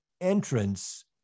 entrance